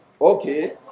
Okay